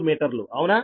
002 మీటర్లు అవునా